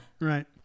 right